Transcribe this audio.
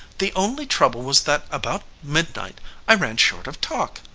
the only trouble was that about midnight i ran short of talk.